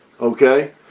Okay